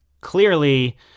clearly